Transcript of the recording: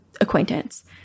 acquaintance